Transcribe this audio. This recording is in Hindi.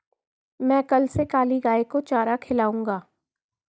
मैं कल से काली गाय को चारा खिलाऊंगा